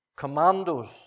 Commandos